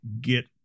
get